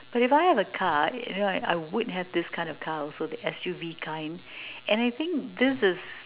if I have a car you know I would have this kind of car also the S_U_V kind and I think this is